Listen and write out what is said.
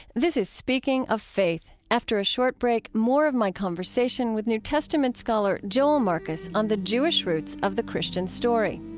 this is speaking of faith. after a short break, more of my conversation with new testament scholar joel marcus on the jewish roots of the christian story.